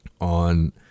on